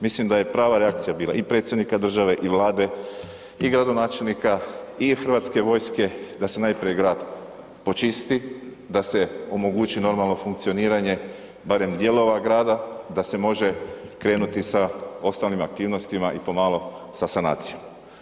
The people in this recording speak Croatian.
Mislim da je prava reakcija bila i predsjednika države i Vlade i gradonačelnika i hrvatske vojske da se najprije grad počisti, da se omogući normalno funkcioniranje barem dijelova grada, da se može krenuti sa osnovnim aktivnostima i pomalo sa sanacijom.